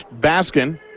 Baskin